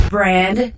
Brand